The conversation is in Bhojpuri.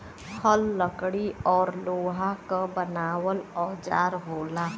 हल लकड़ी औरु लोहा क बनावल औजार होला